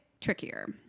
trickier